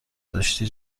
داشتی